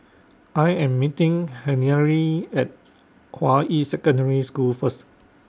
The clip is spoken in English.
I Am meeting Henery At Hua Yi Secondary School First